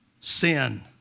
sin